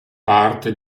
parte